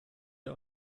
der